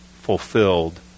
fulfilled